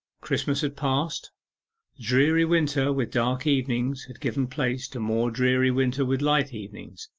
christmas had passed dreary winter with dark evenings had given place to more dreary winter with light evenings.